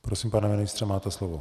Prosím, pane ministře, máte slovo.